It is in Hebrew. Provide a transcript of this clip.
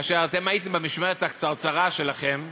כאשר אתם הייתם במשמרת הקצרצרה שלכם,